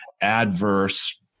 adverse